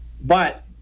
But-